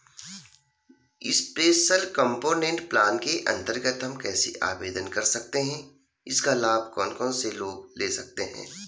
Special component plan के अन्तर्गत हम कैसे आवेदन कर सकते हैं इसका लाभ कौन कौन लोग ले सकते हैं?